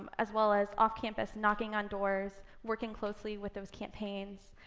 as well as off campus knocking on doors, working closely with those campaigns,